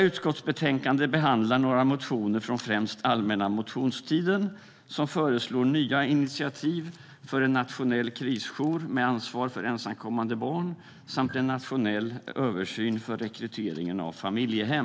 Utskottsbetänkandet behandlar några motioner från främst allmänna motionstiden som föreslår nya initiativ för en nationell krisjour med ansvar för ensamkommande barn samt en nationell översyn av rekryteringen av familjehem.